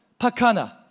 pakana